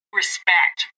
respect